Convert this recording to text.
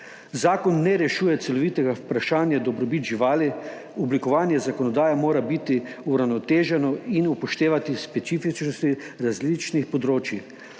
Zakon ne rešuje celovitega vprašanja dobrobiti živali, oblikovanje zakonodaje mora biti uravnoteženo in upoštevati specifičnosti različnih področij.